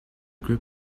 group